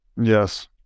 yes